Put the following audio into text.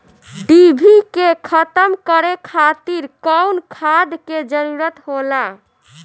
डिभी के खत्म करे खातीर कउन खाद के जरूरत होला?